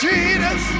Jesus